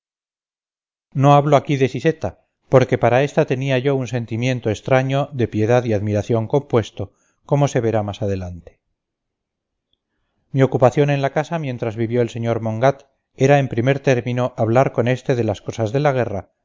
no hablo aquí de siseta porque para esta tenía yo un sentimiento extraño de piedad y admiración compuesto como se verá más adelante mi ocupación en la casa mientras vivió el sr mongat era en primer término hablar con este de las cosas de la guerra